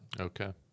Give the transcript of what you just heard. Okay